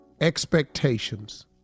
expectations